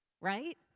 right